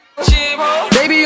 Baby